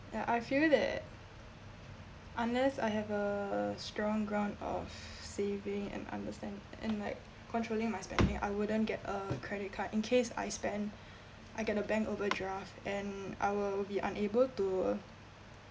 and I feel that unless I have a strong ground of saving and understand and like controlling my spending I wouldn't get a credit card in case I spend I get the bank overdraft and I will be unable to